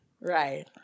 Right